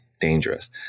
dangerous